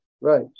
right